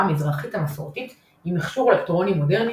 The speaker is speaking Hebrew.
המזרחית המסורתית עם מכשור אלקטרוני מודרני,